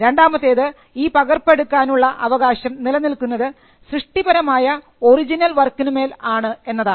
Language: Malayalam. രണ്ടാമത്തേത് ഈ പകർപ്പ് എടുക്കാനുള്ള അവകാശം നിലനിൽക്കുന്നത് സൃഷ്ടിപരമായ ഒറിജിനൽ വർക്കിനു മേൽ ആണ് എന്നതാണ്